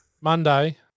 Monday